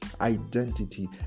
identity